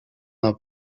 now